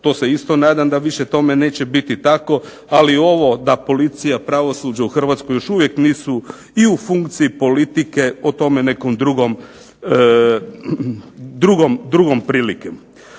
To se isto nadam da više tome neće biti tako. Ali ovo da policija, pravosuđe u Hrvatskoj još uvijek nisu i u funkciji politike, o tome nekom drugom prilikom.